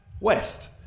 west